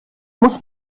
muss